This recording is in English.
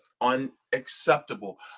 unacceptable